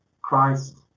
Christ